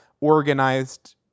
organized